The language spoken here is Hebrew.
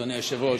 אדוני היושב-ראש.